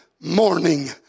morning